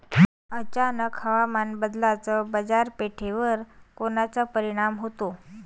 अचानक हवामान बदलाचा बाजारपेठेवर कोनचा परिणाम होतो?